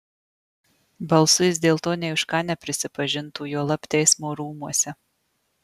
balsu jis dėl to nė už ką neprisipažintų juolab teismo rūmuose